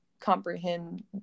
comprehend